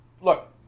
look